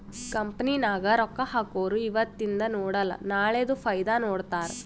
company ನಾಗ್ ರೊಕ್ಕಾ ಹಾಕೊರು ಇವತಿಂದ್ ನೋಡಲ ನಾಳೆದು ಫೈದಾ ನೋಡ್ತಾರ್